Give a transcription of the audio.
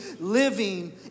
living